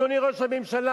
אדוני ראש הממשלה,